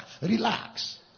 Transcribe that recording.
Relax